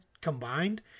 combined